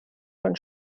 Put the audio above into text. von